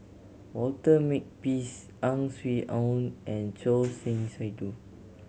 Walter Makepeace Ang Swee Aun and Choor Singh Sidhu